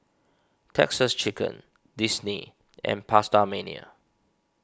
Texas Chicken Disney and PastaMania